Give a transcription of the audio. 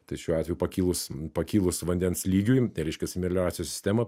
tai šiuo atveju pakilus pakilus vandens lygiui tai reiškias melioracijos sistema